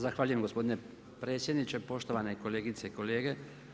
Zahvaljujem gospodine predsjedniče, poštovane kolegice i kolege.